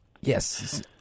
Yes